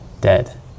Dead